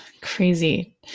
crazy